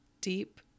deep